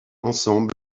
ensemble